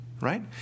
Right